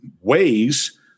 Ways